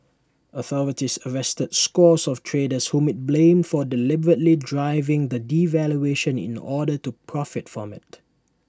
authorities arrested scores of traders whom IT blamed for deliberately driving the devaluation in order to profit from IT